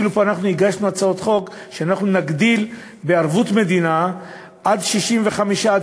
אפילו פה אנחנו הגשנו הצעות חוק שאנחנו נגדיל בערבות מדינה עד 65%,